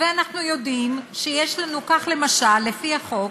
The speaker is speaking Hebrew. כך, למשל, לפי החוק,